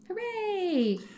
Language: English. Hooray